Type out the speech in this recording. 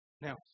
Now